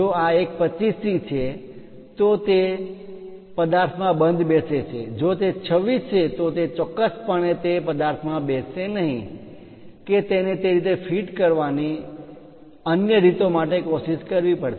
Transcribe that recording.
જો આ એક 25 ની છે તો તે તે પદાર્થમાં બંધ બેસે છે જો તે 26 છે તો તે ચોક્કસપણે તે તે પદાર્થમાં બેસશે નહીં કે તેને તે રીતે ફીટ કરવાની અન્ય રીતો માટે કોશિશ કરવી પડશે